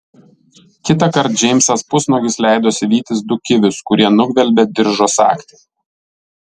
kitąkart džeimsas pusnuogis leidosi vytis du kivius kurie nugvelbė diržo sagtį